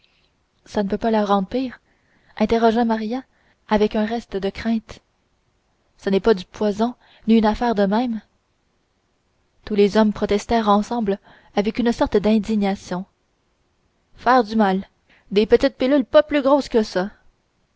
ça ne peut pas la rendre pire interrogea maria avec un reste de crainte ça n'est pas du poison ni une affaire de même tous les hommes protestèrent ensemble avec une sorte d'indignation faire du mal des petites pilules pas plus grosses que ça